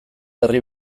herri